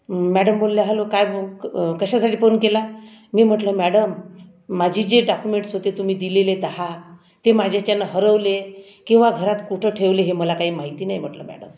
madam बोलल्या hello काय बो कशासाठी फोन केला मी म्हटलं मॅडम माझी जे डाक्युमेंट्स होते तुम्ही दिलेले दहा ते माझ्याच्यानं हरवले किंवा घरात कुठं ठेवले हे मला काही माहिती नाही म्हटलं मॅडम